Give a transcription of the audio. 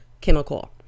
chemical